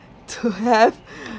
to have